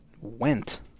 Went